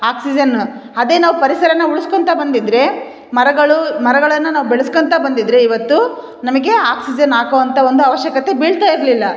oxygen ಅದೆ ನಾವು ಪರಿಸರನ ಉಳಿಸ್ಕೊಂತ ಬಂದಿದ್ದರೆ ಮರಗಳು ಮರಗಳನ್ನು ನಾವು ಬೆಳಸ್ಕೊಂತ ಬಂದಿದ್ದರೆ ಇವತ್ತು ನಮಗೆ ಆಕ್ಸಿಜನ್ ಹಾಕೋವಂತ ಒಂದು ಅವಶ್ಯಕತೆ ಬೀಳ್ತಾ ಇರಲಿಲ್ಲ